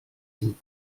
cinc